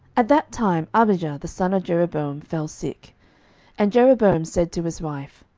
at that time abijah the son of jeroboam fell sick and jeroboam said to his wife,